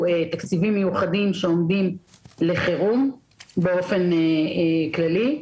תקציבים מיוחדים שעומדים לחירום באופן כללי?